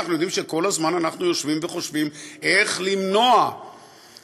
אנחנו יודעים שכל הזמן אנחנו יושבים וחושבים איך למנוע פריצה,